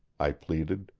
i pleaded.